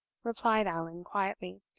replied allan, quietly.